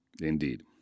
Indeed